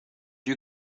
you